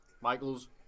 Michaels